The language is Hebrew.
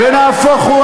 נהפוך הוא,